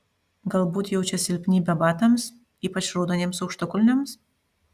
galbūt jaučia silpnybę batams ypač raudoniems aukštakulniams